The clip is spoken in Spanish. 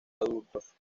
adultos